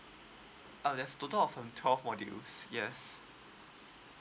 uh there's total of um twelve modules yes